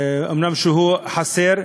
אומנם הוא חסר.